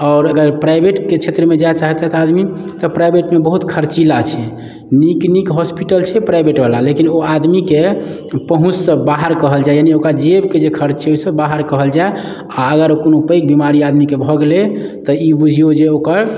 आओर अगर प्राइवेटके क्षेत्रमे जाए चाहैत छथि आदमी तऽ प्राइवेटमे बहुत खर्चीला छै नीक नीक हॉस्पिटल छै प्राइवेट बला लेकिन ओ आदमीके पहुँचसँ बाहर कहल जाय यानि ओकरा जेब कऽ जे खर्च छै से ओकरा बाहर कहल जाए आ अगर कओनो पैघ बीमारी आदमीके भऽ गेलै तऽ ई बुझियौ जे ओकर